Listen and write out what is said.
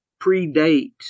predates